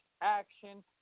action